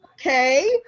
Okay